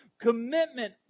Commitment